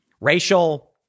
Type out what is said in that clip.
racial